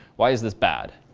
why is this bad?